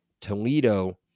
Toledo